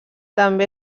també